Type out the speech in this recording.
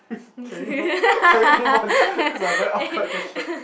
can we move can we move on this is a very awkward question